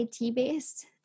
IT-based